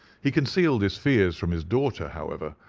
he concealed his fears from his daughter, however,